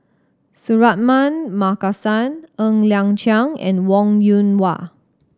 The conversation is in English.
Suratman Markasan Ng Liang Chiang and Wong Yoon Wah